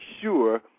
sure